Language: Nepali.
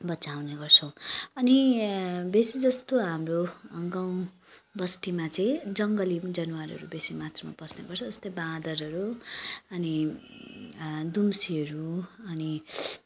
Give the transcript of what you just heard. बचाउने गर्छौँ अनि बेसी जस्तो हाम्रो गाउँ बस्तीमा चाहिँ जङ्गली जनवारहरू बेसी मात्रामा पस्ने गर्छ जस्तै बाँदरहरू अनि दुम्सीहरू अनि